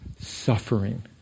suffering